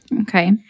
Okay